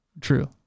true